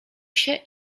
się